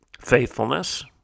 faithfulness